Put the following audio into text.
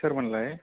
सोरमोनलाय